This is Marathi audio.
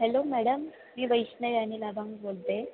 हॅलो मॅडम मी वैष्णवी अनिल बोलते